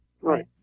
Right